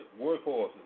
workhorses